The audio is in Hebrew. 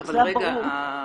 זה היה ברור --- רגע,